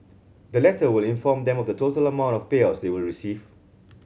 the letter will inform them of the total amount of payouts they will receive